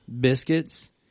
biscuits